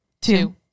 two